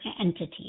entity